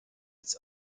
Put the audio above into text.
its